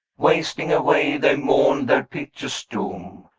wasting away they mourned their piteous doom,